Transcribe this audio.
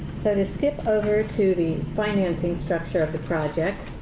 so to skip over to the financing structure of the project.